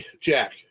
Jack